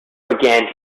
began